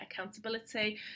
accountability